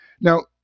Now